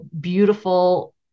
beautiful